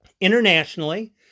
internationally